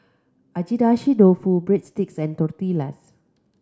Agedashi Dofu Breadsticks and Tortillas